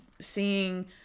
seeing